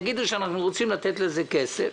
יגידו שאנחנו רוצים לתת לזה כסף.